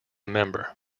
member